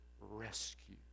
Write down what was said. rescue